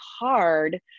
hard